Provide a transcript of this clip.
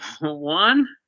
One